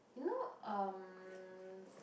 you know um